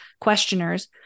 Questioners